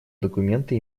документа